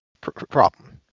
problem